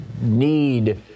need